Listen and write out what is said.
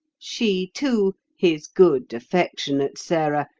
she too, his good, affectionate sara,